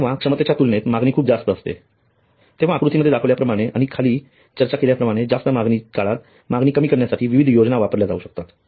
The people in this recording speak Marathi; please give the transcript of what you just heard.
जेव्हा क्षमतेच्या तुलनेत मागणी खूप जास्त असते तेव्हा आकृतीमध्ये दाखवल्याप्रमाणे आणि खाली चर्चा केल्याप्रमाणे जास्त मागणी काळात मागणी कमी करण्यासाठी विविध योजना वापरल्या जाऊ शकतात